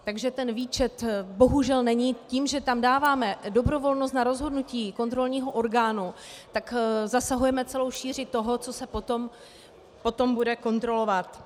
Takže ten výčet bohužel tím, že tam dáváme dobrovolnost na rozhodnutí kontrolního orgánu, zasahujeme celou šíři toho, co se potom bude kontrolovat.